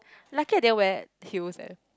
luckily I didn't wear heels eh